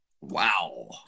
Wow